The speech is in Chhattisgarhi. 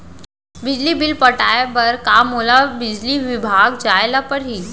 बिजली बिल पटाय बर का मोला बिजली विभाग जाय ल परही?